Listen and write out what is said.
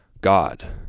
God